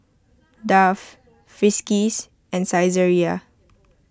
Dove Friskies and Saizeriya